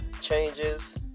Changes